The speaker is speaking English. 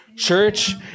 church